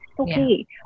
Okay